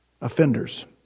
offenders